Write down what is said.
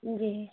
जी